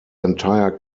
entire